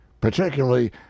particularly